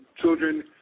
children